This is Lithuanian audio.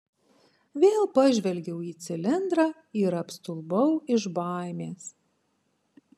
vėl pažvelgiau į cilindrą ir apstulbau iš baimės